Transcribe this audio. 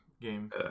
game